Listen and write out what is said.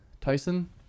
Tyson